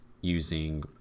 using